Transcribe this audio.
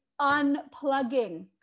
unplugging